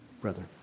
Brother